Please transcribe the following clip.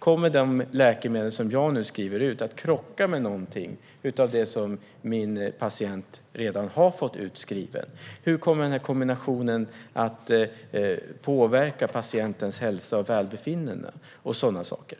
Kommer de läkemedel som jag nu skriver ut att krocka med någonting som min patient redan har fått utskrivet? Hur kommer kombinationen att påverka patientens hälsa och välbefinnande, och sådana saker?